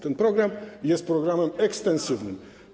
Ten program jest programem ekstensywnym.